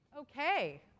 Okay